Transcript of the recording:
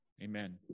Amen